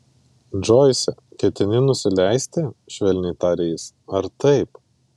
džoise ketini nusileisti švelniai tarė jis ar taip